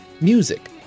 music